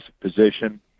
position